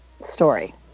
story